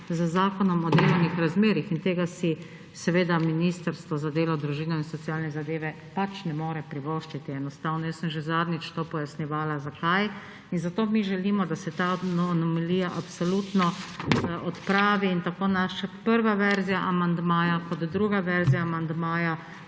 z Zakonom o delovnih razmerjih in tega si seveda enostavno ministrstvo za delo, družino in socialne zadeve pač ne more privoščiti. Jaz sem že zadnjič to pojasnjevala, zakaj. In zato mi želimo, da se ta anomalija absolutno odpravi. In tako naša prva verzija amandmaja kot druga verzija amandmaja